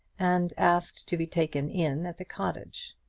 and asked to be taken in at the cottage.